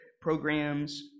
programs